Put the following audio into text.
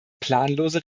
planlose